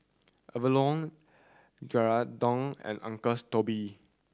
Avalon Geraldton and Uncle's Toby